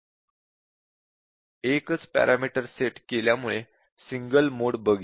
एकच parameter set केल्यामुळे single mode bug येते